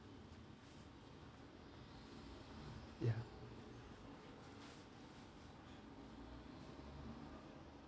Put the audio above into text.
ya